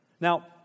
Now